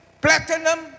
platinum